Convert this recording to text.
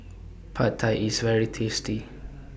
Pad Thai IS very tasty